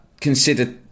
consider